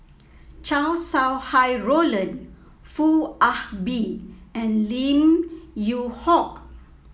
Chow Sau Hai Roland Foo Ah Bee and Lim Yew Hock